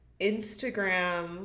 Instagram